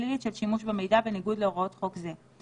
הפלילית של שימוש במידע בניגוד להוראות חוק זה.